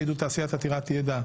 לסעיף הבא: